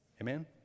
Amen